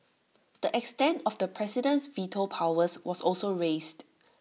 the extent of the president's veto powers was also raised